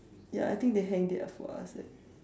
ya I think they hanged it up for us eh